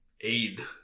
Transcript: aid